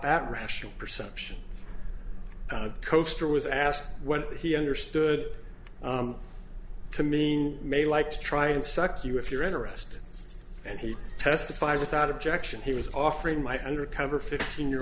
that rational perception coaster was asked what he understood to mean may like to try and suck you if you're interested and he testified without objection he was offering my undercover fifteen year